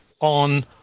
on